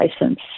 license